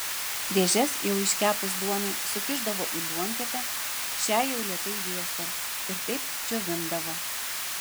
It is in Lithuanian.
dėžes jau iškepus duonai sukišdavo į duonkepę šiai jau lėtai vėstant ir taip džiovindavo